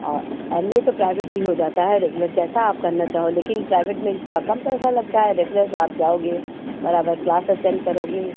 और M A तो private भी हो जाता है रेगुलर जैसा आप करना चाहो लेकिन प्राइवेट में कि थोड़ा कम पैसा लगता है रेगुलर जो आप जाओगे बराबर क्लास अटेन्ड करोगे